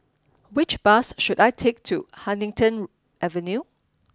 which bus should I take to Huddington Avenue